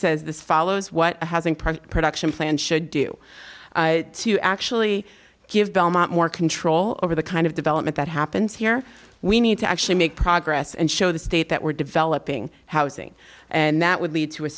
says this follows what has improved production plan should do to actually give belmont more control over the kind of development that happens here we need to actually make progress and show the state that we're developing housing and that would lead to a